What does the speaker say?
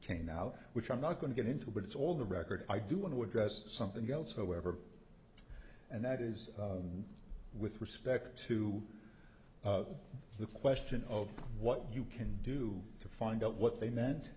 came out which i'm not going to get into but it's all the record i do want to address something else so ever and that is with respect to the question of what you can do to find out what they meant